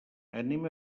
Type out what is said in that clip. anem